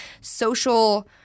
social –